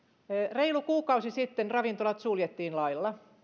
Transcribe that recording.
reilu kuukausi sitten ravintolat suljettiin lailla